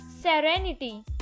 Serenity